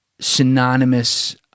synonymous